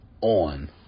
on